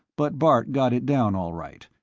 but bart got it down all right.